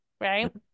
right